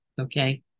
okay